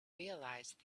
realise